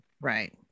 Right